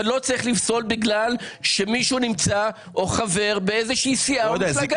אבל לא צריך לפסול בגלל שמישהו נמצא או חבר באיזו סיעה או מפלגה.